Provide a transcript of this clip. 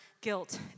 guilt